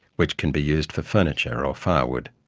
which can be used for furniture or firewood,